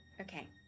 Okay